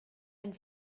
and